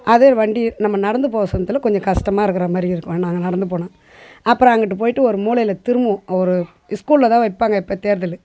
அது வண்டி நம்ம நடந்து போக சொன்னதில் கொஞ்சம் கஷ்டமாக இருக்கிற மாதிரி இருக்கும் ஏ நாங்கள் நடந்து போனால் அப்புறம் அங்கிட்டு போய்ட்டு ஒரு மூலையில் திரும்புவோம் ஒரு ஸ்கூல்ல தான் வைப்பாங்க இப்போ தேர்தலும்